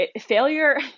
Failure